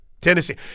Tennessee